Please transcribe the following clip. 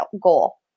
goal